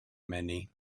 many